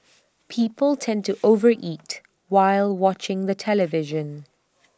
people tend to over eat while watching the television